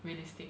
realistic